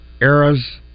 eras